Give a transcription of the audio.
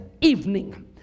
evening